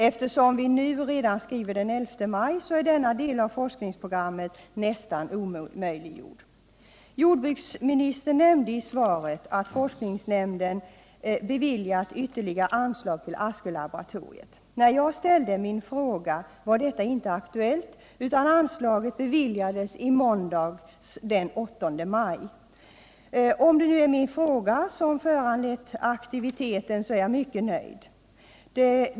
Eftersom vi nu redan skriver den 11 maj, är denna del av forskningsprogrammet nästan omöjliggjord. Jordbruksministern nämnde i sitt svar att forskningsnämnden beviljat ytterligare anslag till Askölaboratoriet. När jag ställde min fråga var detta inte aktuellt utan anslaget beviljades i måndags, den 8 maj. Om det är min fråga som föranlett aktiviteten, är jag mycket nöjd.